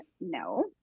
No